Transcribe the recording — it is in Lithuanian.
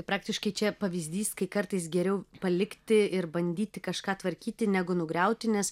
praktiškai čia pavyzdys kai kartais geriau palikti ir bandyti kažką tvarkyti negu nugriauti nes